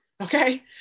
Okay